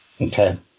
Okay